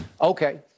Okay